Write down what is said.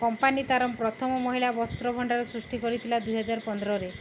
company ତା'ର ପ୍ରଥମ ମହିଳା ବସ୍ତ୍ର ଭଣ୍ଡାର ସୃଷ୍ଟି କରିଥିଲା ଦୁଇ ହଜାର ପନ୍ଦରରେ